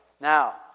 Now